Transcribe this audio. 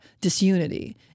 Disunity